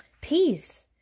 peace